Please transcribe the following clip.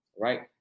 Right